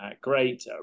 great